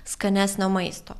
skanesnio maisto